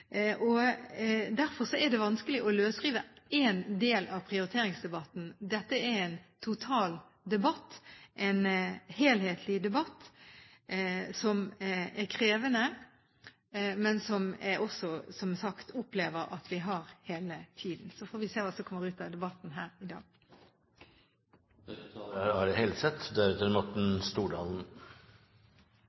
Derfor er det vanskelig å løsrive én del av prioriteringsdebatten. Dette er en total debatt, en helhetlig debatt, som er krevende, men som jeg – som sagt – opplever at vi har hele tiden. Så får vi se hva som kommer ut av debatten her i dag. Jeg vil innledningsvis få takke representanten Dåvøy for denne interpellasjonen. Dette er